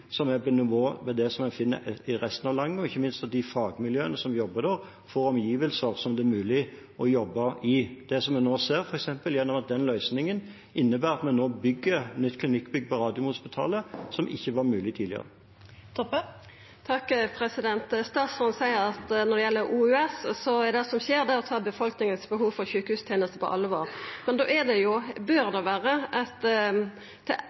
som er på nivå med det som en finner i resten av landet, og ikke minst for at de fagmiljøene som jobber der, får omgivelser som det er mulig å jobbe i. Det som vi nå ser, er f.eks. at den løsningen innebærer at vi nå bygger nytt klinikkbygg på Radiumhospitalet, som ikke var mulig tidligere. Statsråden seier når det gjeld OUS, at det som skjer, er å ta befolkningas behov for sjukehustenester på alvor. Men då bør det